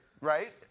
Right